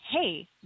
Hey